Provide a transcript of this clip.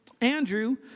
Andrew